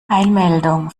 eilmeldung